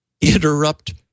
interrupt